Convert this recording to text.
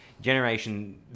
Generation